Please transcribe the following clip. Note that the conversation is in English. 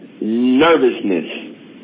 nervousness